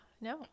no